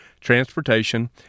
transportation